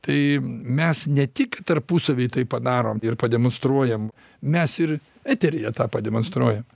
tai mes ne tik tarpusavy tai padarom ir pademonstruojam mes ir eteryje tą pademonstruojam